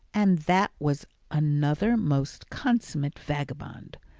and that was another most consummate vagabond!